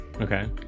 Okay